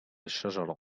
الشجرة